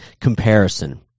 comparison